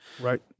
Right